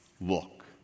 Look